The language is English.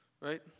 Right